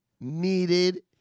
needed